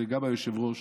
גם היושב-ראש